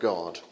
God